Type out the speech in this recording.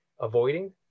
avoiding